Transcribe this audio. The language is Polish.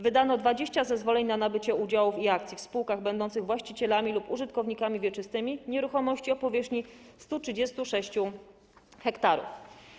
Wydano 20 zezwoleń na nabycie udziałów i akcji w spółkach będących właścicielami lub użytkownikami wieczystymi nieruchomości o powierzchni 136 ha.